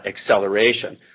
acceleration